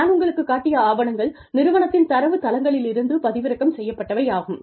நான் உங்களுக்குக் காட்டிய ஆவணங்கள் நிறுவனத்தின் தரவுத் தளங்களிலிருந்து பதிவிறக்கம் செய்யப்பட்டவை ஆகும்